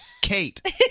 Kate